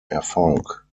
erfolg